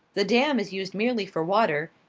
the dam is used merely for water,